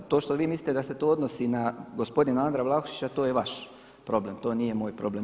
To što vi mislite da se to odnosi na gospodinu Andrea Vlahušića to je vaš problem, to nije moj problem.